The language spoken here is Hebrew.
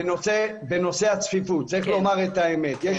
בנושא הצפיפות צריך לומר את האמת יש